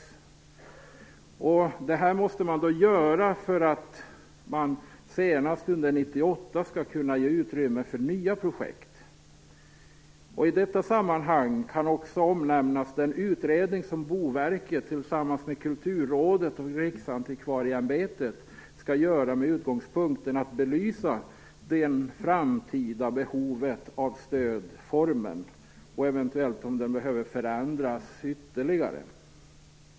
Det här måste man göra för att det senast under 1998 skall finnas utrymme för nya projekt. I detta sammanhang kan också omnämnas den utredning som Boverket skall göra tillsammans med Kulturrådet och Riksantikvarieämbetet med utgångspunkten att belysa det framtida behovet av stödformen och om den eventuellt behöver förändras ytterligare.